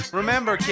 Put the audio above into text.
remember